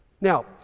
Now